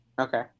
Okay